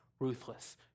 ruthless